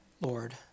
Lord